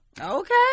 Okay